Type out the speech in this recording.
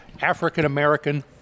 African-American